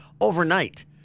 overnight